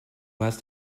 hast